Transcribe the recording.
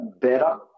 better